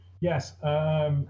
Yes